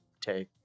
take